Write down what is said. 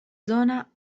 zona